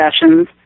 sessions